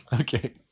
Okay